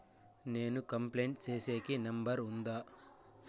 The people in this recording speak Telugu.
నేను కంప్లైంట్ సేసేకి నెంబర్ ఉందా?